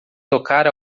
tocar